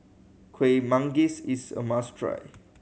Kuih Manggis is a must try